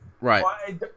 Right